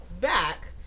back